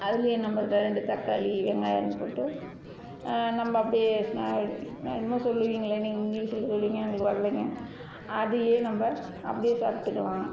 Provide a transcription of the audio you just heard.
அதிலே நம்மளுக்கு ரெண்டு தக்காளி வெங்காயமும் போட்டு நம்ம அப்படியே ஸ்நா ஸ்நா என்னமோ சொல்லுவீங்களே நீங்கள் இங்கிலீஸில் சொல்லுவீங்க எங்களுக்கு வரலைங்க அதையே நம்ம அப்படியே சாப்பிட்டுக்கலாம்